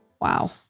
Wow